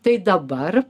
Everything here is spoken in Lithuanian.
tai dabar